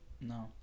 No